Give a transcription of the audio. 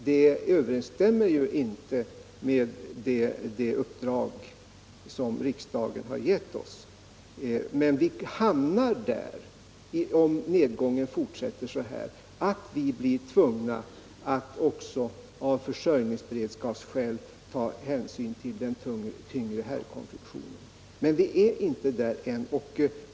Det överensstämmer inte med det uppdrag som riksdagen har givit oss. Vi hamnar där om nedgången fortsätter, så att vi blir tvungna att också av försörjningsberedskapsskäl ta hänsyn till den tyngre herrkonfektionen. Men vi är inte där ännu.